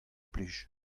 plij